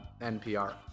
NPR